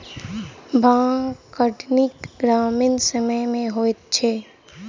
भांग कटनी गरमीक समय मे होइत छै